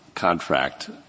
contract